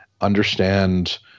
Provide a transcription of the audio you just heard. understand